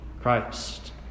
Christ